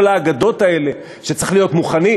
כל האגדות האלה שצריך להיות מוכנים,